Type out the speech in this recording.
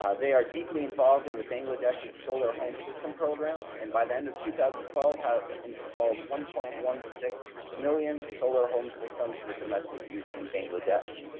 they are deeply involved in the bangladesh's solar home system program and by the end of two thousand and twelve has installed one point one six million solar home systems for domestic use in bangladesh.